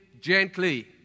gently